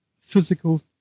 physical